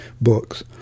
books